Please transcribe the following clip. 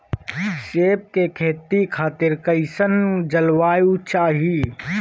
सेब के खेती खातिर कइसन जलवायु चाही?